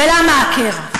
ולמה הקרע?